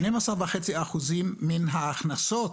12.5% מן ההכנסות